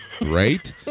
Right